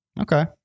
Okay